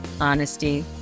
honesty